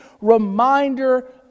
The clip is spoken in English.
reminder